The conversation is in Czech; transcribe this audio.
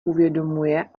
uvědomuje